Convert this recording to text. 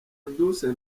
edouce